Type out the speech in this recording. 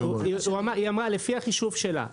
היא אמרה, לפי החישוב שלה.